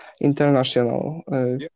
international